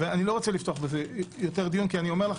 אני לא רוצה לפתוח בזה יותר דיון כי אני אומר לך,